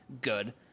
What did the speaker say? good